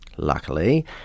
Luckily